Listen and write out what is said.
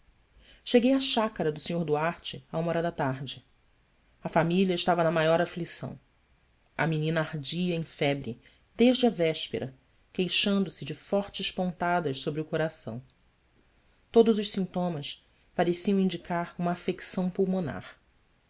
cheguei à chácara do sr duarte à uma hora da tarde a família estava na maior aflição a menina ardia em febre desde a véspera queixando-se de fortes pontadas sobre o coração todos os sintomas pareciam indicar uma afecção pulmonar